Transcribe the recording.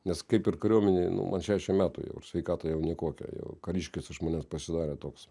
nes kaip ir kariuomenėj man šešiasdešim metų jau ir sveikata jau ne kokia jau kariškis iš manęs pasidarė toks